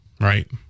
right